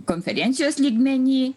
konferencijos lygmeny